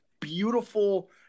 beautiful –